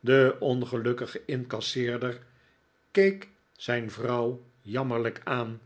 de ongelukkige incasseerder keek zijn vrouw jammerlijk aan